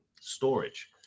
storage